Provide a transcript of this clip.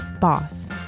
boss